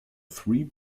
three